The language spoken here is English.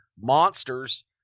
monsters